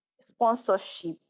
sponsorship